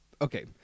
okay